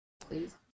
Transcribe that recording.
please